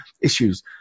issues